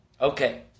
Okay